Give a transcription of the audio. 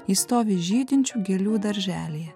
ji stovi žydinčių gėlių darželyje